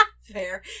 Fair